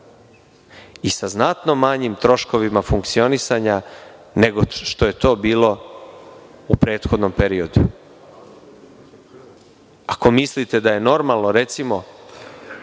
i sa znatno manjim troškovima funkcionisanja, nego što je to bilo u prethodnom periodu. Ako mislite da je normalno, recimo,